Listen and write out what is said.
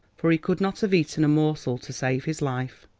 for he could not have eaten a morsel to save his life.